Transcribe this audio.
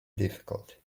difficult